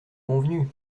convenu